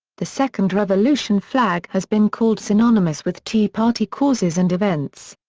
the second revolution flag has been called synonymous with tea party causes and events.